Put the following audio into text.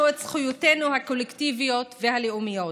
את זכויותינו הקולקטיביות והלאומיות.